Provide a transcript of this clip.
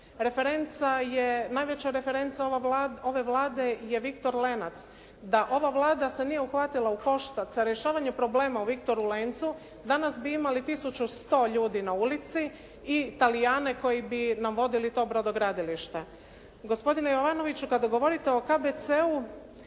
Referenca je najveća referenca ove Vlade je Viktor Lenac. Da ova Vlada se nije uhvatila u koštac za rješavanje problema u Viktoru Lencu, danas bi imali 1100 ljudi na ulici i Talijane koji bi nam vodili to brodogradilište. Gospodine Jovanoviću, kada govorite o KBC-u